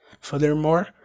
Furthermore